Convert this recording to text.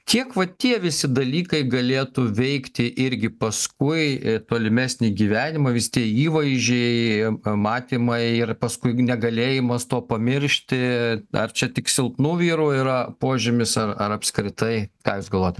kiek va tie visi dalykai galėtų veikti irgi paskui tolimesnį gyvenimą visi tie įvaizdžiai matymai ir paskui negalėjimas to pamiršti ar čia tik silpnų vyrų yra požymis ar apskritai ką jūs galvojat